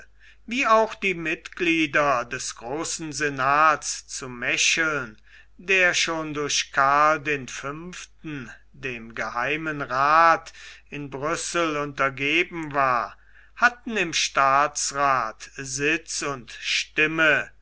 wie auch die mitglieder des großen senats zu mecheln der schon durch karl den fünften dem geheimen rath in brüssel untergeben worden war hatten im staatsrath sitz und stimme